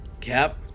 Cap